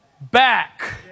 back